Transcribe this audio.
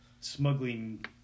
smuggling